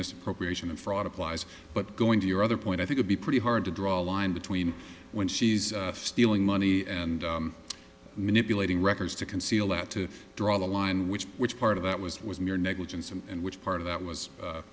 misappropriation and fraud applies but going to your other point i think would be pretty hard to draw a line between when she's stealing money and manipulating records to conceal that to draw the line which which part of that was was mere negligence and which part of that was